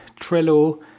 Trello